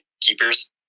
keepers